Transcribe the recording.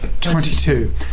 Twenty-two